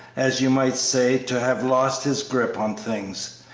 as you might say, to have lost his grip on things.